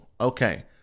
okay